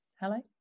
hello